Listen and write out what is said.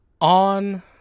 On